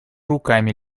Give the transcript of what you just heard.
руками